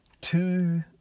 two